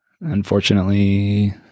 Unfortunately